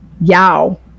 yao